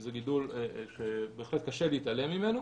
זה גידול שבהחלט קשה להתעלם ממנו.